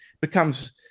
becomes